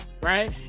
right